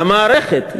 המערכת,